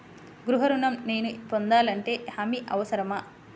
గృహ ఋణం నేను పొందాలంటే హామీ అవసరమా?